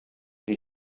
die